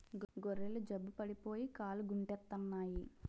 గొర్రెలు జబ్బు పడిపోయి కాలుగుంటెత్తన్నాయి